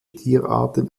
tierarten